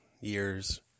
years